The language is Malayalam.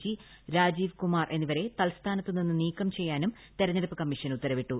ജി രാജീവ് കുമാർ എന്നിവരെ തത്സ്ഥാനത്ത് ്നിന്ന് നീക്കം ചെയ്യാനും തിരഞ്ഞെടുപ്പ് കമ്മീഷൻ ഉത്തരവിട്ടു